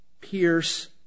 pierce